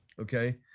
okay